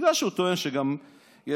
בגלל שהוא טוען שגם יש,